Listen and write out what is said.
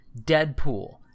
Deadpool